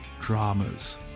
dramas